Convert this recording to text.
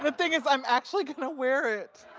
ah thing is i'm actually gonna wear it.